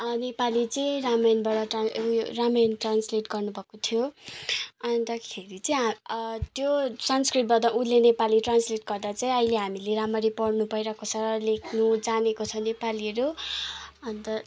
नेपाली चाहिँ रामायणबाट ट्रान उयो रामायण ट्रान्सलेट गर्नु भएको थियो अन्तखेरि चाहिँ त्यो संस्कृतबाट उनले नेपाली ट्रान्सलेट गर्दा चाहिँ अहिले हामीले राम्ररी पढनु पाइरहेको छ र लेख्नु जानेको छ नेपालीहरू अन्त